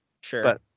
sure